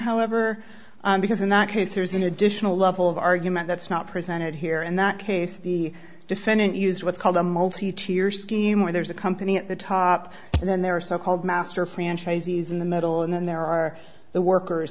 however because in that case there's an additional level of argument that's not presented here in that case the defendant used what's called a multi tier scheme where there's a company at the top and then there are so called master franchisees in the middle and then there are the workers